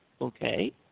okay